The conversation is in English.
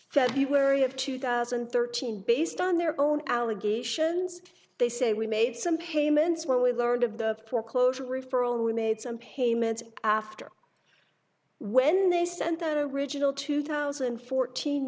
february of two thousand and thirteen based on their own allegations they say we made some payments when we learned of the foreclosure referral we made some payments after when they sent the original two thousand and fourteen